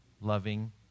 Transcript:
loving